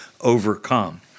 overcome